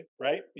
right